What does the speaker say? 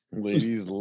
Ladies